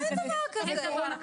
איפה הם?